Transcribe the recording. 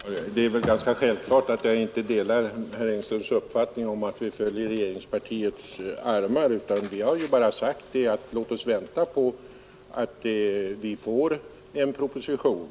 Herr talman! Det är väl ganska självklart att jag inte delar herr Engströms uppfattning om att vi föll i regeringspartiets armar. Vi har bara sagt: Låt oss vänta på propositionen